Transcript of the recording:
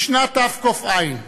בשנת תק"ע,